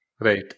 Right